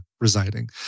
residing